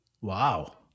Wow